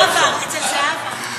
אצל זהבה, אצל זהבה.